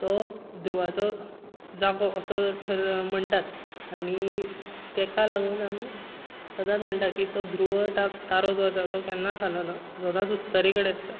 तो ध्रुवाचो जागो असो ठर म्हणटात आनी तेका लागून आमी सदांच म्हणटा की तो ध्रुव जो तारो आसा तो केन्नाच हालना तो सदांच उत्तरे कडेन आसता